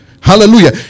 Hallelujah